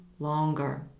longer